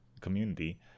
community